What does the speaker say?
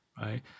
right